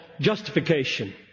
justification